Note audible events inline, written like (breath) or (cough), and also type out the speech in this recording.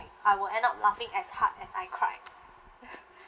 I will end up laughing as hard as I cried (breath)